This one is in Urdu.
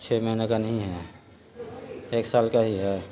چھ مہینے کا نہیں ہے ایک سال کا ہی ہے